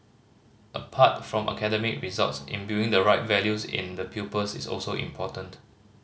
apart from academic results imbuing the right values in the pupils is also important